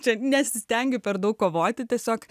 čia nesistengiu per daug kovoti tiesiog